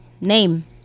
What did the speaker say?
name